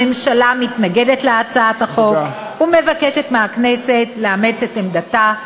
הממשלה מתנגדת להצעת החוק ומבקשת מהכנסת לאמץ את עמדתה.